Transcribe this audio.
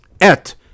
et